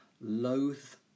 loath